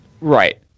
Right